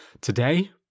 Today